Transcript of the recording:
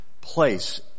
place